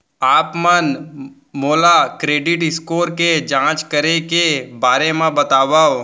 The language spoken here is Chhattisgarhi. आप मन मोला क्रेडिट स्कोर के जाँच करे के बारे म बतावव?